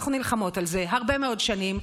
אנחנו נלחמות על זה הרבה מאוד שנים,